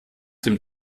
dem